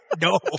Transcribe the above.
No